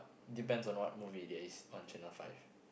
depends on what movie there is on channel five